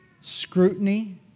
scrutiny